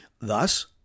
Thus